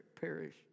perish